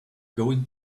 going